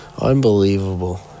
Unbelievable